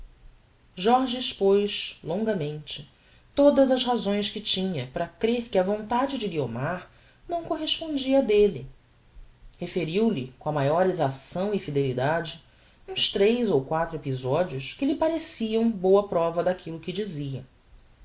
jorge expos longamente todas as razões que tinha para crer que a vontade de guiomar não correspondia á delle referiu lhe com a maior exacção e fidelidade uns tres on quatro episodios que lhe pareciam boa prova daquillo que dizia